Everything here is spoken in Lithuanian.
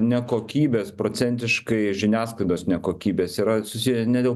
ne kokybės procentiškai žiniasklaidos ne kokybės yra susiję ne dėl